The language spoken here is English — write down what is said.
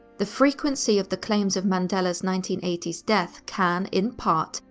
the frequency of the claims of mandela's nineteen eighty s death can, in part,